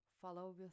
Follow